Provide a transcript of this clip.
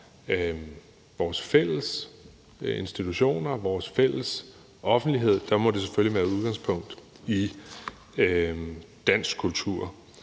vores fælles institutioner, vores fælles offentlighed, må det selvfølgelig være med udgangspunkt i dansk kultur.